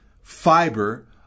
fiber